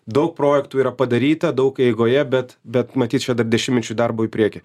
daug projektų yra padaryta daug eigoje bet bet matyt čia dar dešimtmečiui darbo į priekį